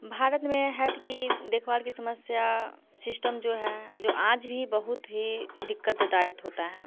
भारत में हेल्थ की देखभाल की समस्या शिस्टम जो है जो आज भी बहुत ही दिक्कत देदायत होता है